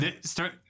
start